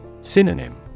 Synonym